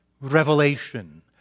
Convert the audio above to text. revelation